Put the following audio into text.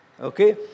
Okay